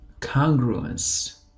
congruence